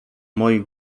moi